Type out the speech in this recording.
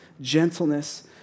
gentleness